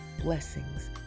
blessings